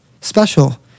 special